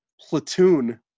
Platoon